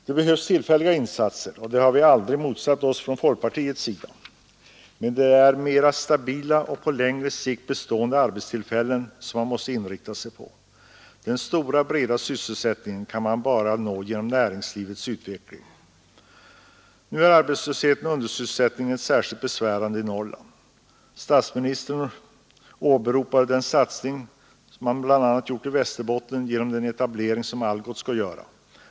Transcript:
Det behövs tillfälliga insatser, och det har vi aldrig motsatt oss från folkpartiets sida, men det är de mer stabila och på längre sikt bestående arbetstillfällena man måste inrikta sig på. Den stora breda sysselsättningen kan man bara nå genom näringslivets utveckling. Nu är arbetslösheten och undersysselsättningen särskilt besvärande i Norrland. Statsministern åberopade den satsning som bl.a. skett i Västerbotten genom den etablering som Algots skall göra.